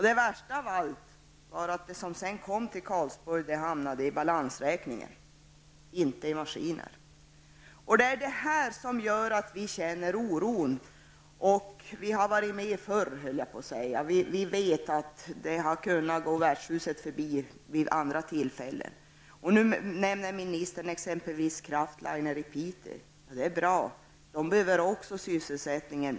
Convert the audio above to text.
Det värsta av allt var att det som kom till Karlsborg hamnade i balansräkningen, inte i maskiner. Vi känner oro. Men vi har så att säga varit med förr och vi vet att saker och ting har gått värdshuset förbi vid andra tillfällen. Ministern nämner exempelvis Kraftliner i Piteå. Ja, det är bra. Där behövs det också sysselsättning.